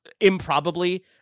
improbably